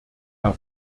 herr